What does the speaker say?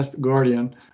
guardian